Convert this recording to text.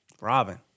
Robin